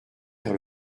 vers